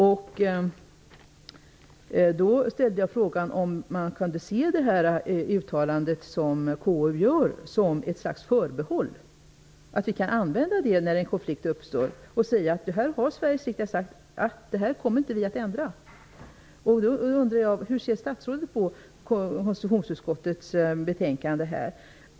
Jag ställde då frågan om man kan se KU:s uttalande som ett slags förbehåll att använda när en konflikt uppstår, så att man kan säga att Sveriges riksdag har beslutat att inte göra ändringar. Hur ser statsrådet på konstitutionsutskottets betänkande?